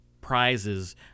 prizes